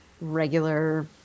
regular